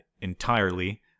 entirely